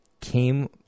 came